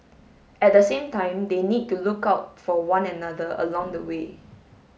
at the same time they need to look out for one another along the way